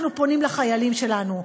אנחנו פונים לחיילים שלנו,